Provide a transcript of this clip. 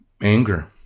anger